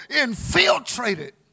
infiltrated